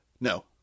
no